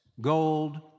gold